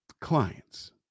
clients